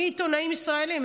מעיתונאים ישראלים,